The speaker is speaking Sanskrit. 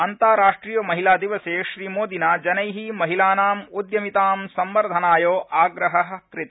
अन्ताराष्ट्रिय महिला दिवसे श्रीमोदिना जनै महिलानां उद्यमितां संवर्धनाय आप्रह कृत